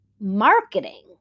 marketing